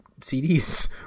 CDs